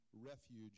refuge